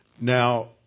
Now